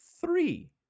three